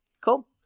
cool